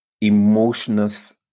emotionless